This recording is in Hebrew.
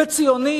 ו"ציוני"